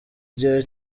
gihe